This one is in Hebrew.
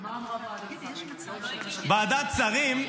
ומה אמרה ועדת השרים --- ועדת השרים,